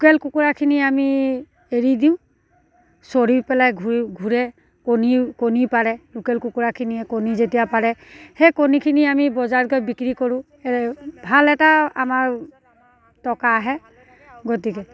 local কুকুৰাখিনি আমি এৰি দিওঁ চৰি পেলাই ঘূৰি ঘূৰে কণীও কণী পাৰে লোকেল কুকুৰাখিনিয়ে কণী যেতিয়া পাৰে সেই কণীখিনি আমি বজাৰত গৈ বিক্ৰী কৰোঁ ভাল এটা আমাৰ টকা আহে গতিকে